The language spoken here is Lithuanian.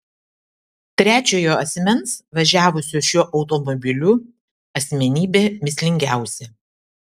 trečiojo asmens važiavusio šiuo automobiliu asmenybė mįslingiausia